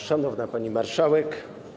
Szanowna Pani Marszałek!